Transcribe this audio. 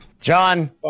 John